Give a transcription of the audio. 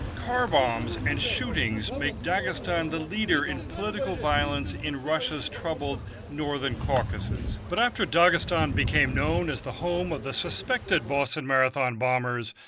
car bombs and shootings make dagestan the leader in political violence in russia's troubled northern caucasus. but after dagestan became known as the home of the suspected boston marathon bombers,